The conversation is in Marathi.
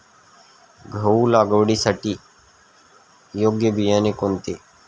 गहू लागवडीसाठी योग्य बियाणे कोणते?